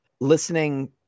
listening –